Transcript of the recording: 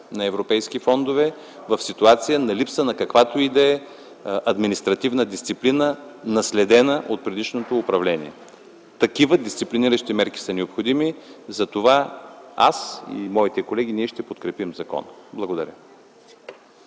на европейски фондове, липса на каквато и да е административна дисциплина, наследена от предишното управление. Такива дисциплиниращи мерки са необходими. Затова аз и моите колеги ще подкрепим законопроекта. Благодаря